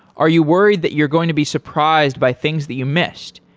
are you worried that you're going to be surprised by things that you missed,